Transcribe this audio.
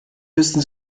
müssen